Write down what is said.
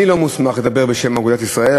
אני לא מוסמך לדבר בשם אגודת ישראל.